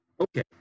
Okay